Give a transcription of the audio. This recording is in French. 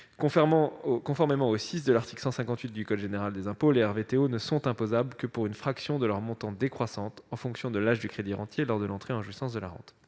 Conformément au 6 de l'article 158 du code général des impôts, les RVTO ne sont imposables que pour une fraction de leur montant décroissante en fonction de l'âge du crédirentier lors de l'entrée en jouissance de la rente.